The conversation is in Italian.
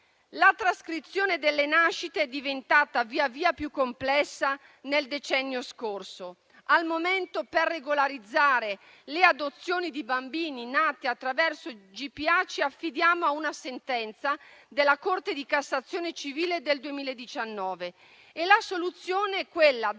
La trascrizione delle nascite è diventata via via più complessa nel decennio scorso; al momento per regolarizzare le adozioni di bambini nati attraverso GPA ci affidiamo a una sentenza della Corte di cassazione civile del 2019. La soluzione è quella